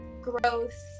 growth